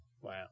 Wow